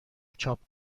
چاپ